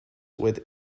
with